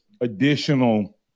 additional